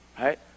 right